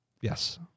Yes